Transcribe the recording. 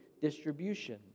distribution